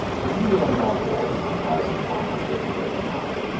in the year of our lord one thousand one hundred and eighty-nine,